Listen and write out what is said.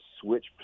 switch